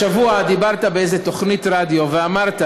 השבוע דיברת באיזו תוכנית רדיו ואמרת